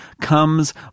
comes